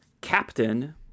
captain